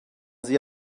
sie